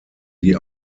die